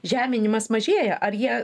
žeminimas mažėja ar jie